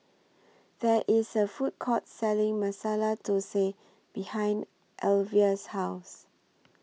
There IS A Food Court Selling Masala Thosai behind Alyvia's House